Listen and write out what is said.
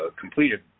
completed